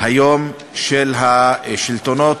של השלטונות,